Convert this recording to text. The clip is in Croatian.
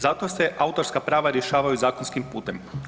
Zato se autorska prava rješavaju zakonskim putem.